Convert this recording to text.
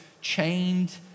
chained